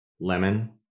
lemon